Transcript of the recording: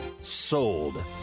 sold